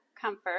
comfort